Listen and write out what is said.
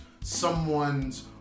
someone's